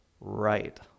Right